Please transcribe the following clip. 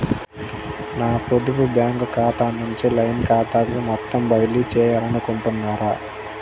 నా పొదుపు బ్యాంకు ఖాతా నుంచి లైన్ ఖాతాకు మొత్తం బదిలీ చేయాలనుకుంటున్నారా?